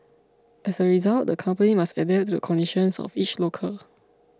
as a result the company must adapt to the conditions of each locale